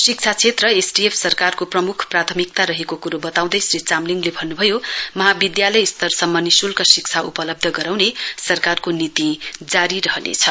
शिक्षा क्षेत्र एसडीएफ सरकारको प्रमुख प्राथमिकता रहेको क्रो बताउँदै श्री चामलिङले भन्न्भयो महाविद्यालय स्तरसम्म निश्ल्क शिक्षा उपलब्ध गराउने सरकारको नीति जारी रहनेछ